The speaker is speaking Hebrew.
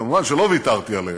מובן שלא ויתרתי עליהם,